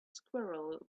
squirrel